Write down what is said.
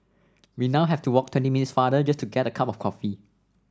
we now have to walk twenty minutes farther just to get a cup of coffee